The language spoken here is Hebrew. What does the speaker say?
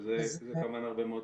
זה כמובן הרבה מאוד.